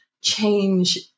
change